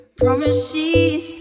promises